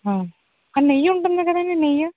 నెయ్యి ఉంటుంది కదండి నెయ్యి